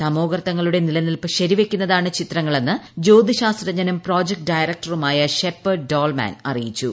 തമോഗർത്തങ്ങളുടെ നിലനിൽപ്പ് ശരിവയ്ക്കുന്നതാണ് ചിത്രങ്ങളെന്ന് ജ്യോതിശാസ്ത്രജ്ഞനും പ്രോജക്ട് ഡയറക്ടറുമായ ഷെപേഡ് ഡ്ടോൾമാൻ അറിയിച്ചു